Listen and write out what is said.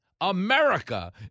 America